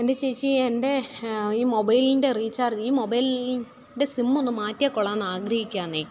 എന്റെ ചേച്ചീ എന്റെ ഈ മൊബൈല്ന്റെ റീചാര്ജ് ഈ മൊബൈല്ന്റെ സിമ്മ് ഒന്ന് മാറ്റിയാൽ കൊള്ളാമെന്ന് ആഗ്രഹിക്കുകയാന്നേ